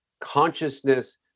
consciousness